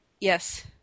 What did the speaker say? yes